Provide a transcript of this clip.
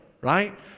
right